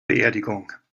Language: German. beerdigung